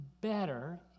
better